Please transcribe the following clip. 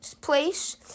place